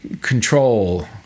control